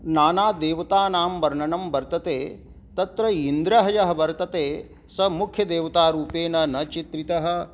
नाना देवतानां वर्णनं वर्तते तत्र इन्द्रः यः वर्तते सः मुख्यदेवतारूपेण न चित्रितः